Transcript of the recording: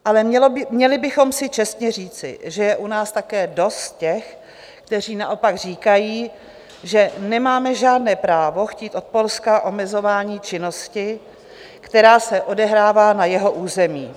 Ale měli bychom si čestně říci, že je u nás také dost těch, kteří naopak říkají, že nemáme žádné právo chtít od Polska omezování činnosti, která se odehrává na jeho území.